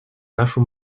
нашу